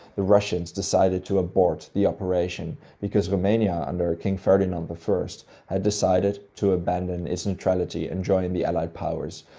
the russians decided to abort the operation because romania, under king ferdinand the first, had decided to abandon its neutrality and join the allied powers,